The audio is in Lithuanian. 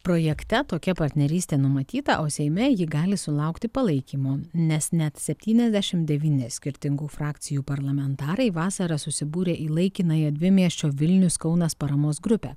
projekte tokia partnerystė numatyta o seime ji gali sulaukti palaikymo nes net septyniasdešimt devyni skirtingų frakcijų parlamentarai vasarą susibūrė į laikinąją dvimiesčio vilnius kaunas paramos grupę